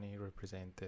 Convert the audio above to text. represented